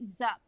up